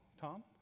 Tom